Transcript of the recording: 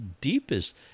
deepest